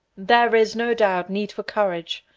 there is, no doubt, need for courage,